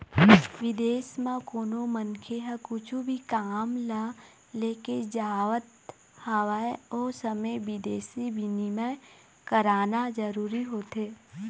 बिदेस म कोनो मनखे ह कुछु भी काम ल लेके जावत हवय ओ समे बिदेसी बिनिमय कराना जरूरी होथे